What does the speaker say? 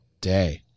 day